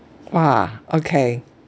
!wah! okay